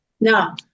Now